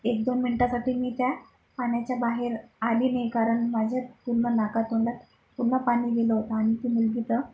एक दोन मिनिटासाठी मी त्या पाण्याच्या बाहेर आले नाही कारण माझ्या पूर्ण नाका तोंडात पूर्ण पाणी गेलं होतं आणि ती मुलगी तर